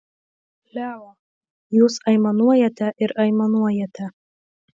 leo jūs aimanuojate ir aimanuojate